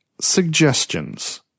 suggestions